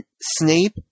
Snape